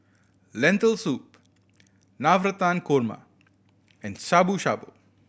Lentil Soup Navratan Korma and Shabu Shabu